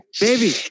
Baby